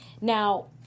now